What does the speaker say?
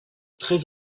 treize